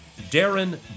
Darren